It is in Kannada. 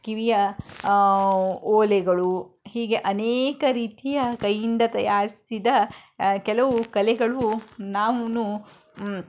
ಕಿವಿಯ ಓಲೆಗಳು ಹೀಗೆ ಅನೇಕ ರೀತಿಯ ಕೈಯಿಂದ ತಯಾರಿಸಿದ ಕೆಲವು ಕಲೆಗಳು ನಾವೂ